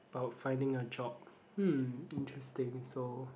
about finding a job hmm interesting so